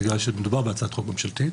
בגלל שמדובר בהצעת חוק ממשלתית.